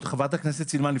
ח"כ סילמן,